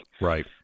Right